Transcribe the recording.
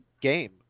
game